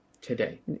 Today